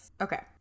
Okay